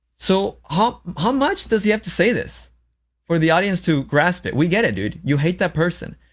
so how how much does he have to say this for the audience to grasp it? we get it, dude, you hate that person.